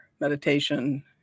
meditation